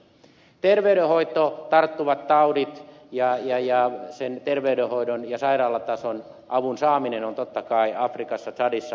terveydenhoito tarttuvat taudit ja terveydenhoidon ja sairaalatasoisen avun saaminen ovat totta kai afrikassa tsadissa haaste